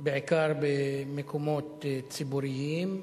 בעיקר במקומות ציבוריים,